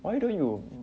why you don't you